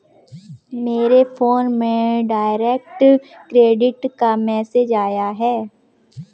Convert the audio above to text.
मेरे फोन में direct credit का मैसेज आया है